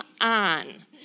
on